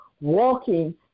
walking